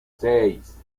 seis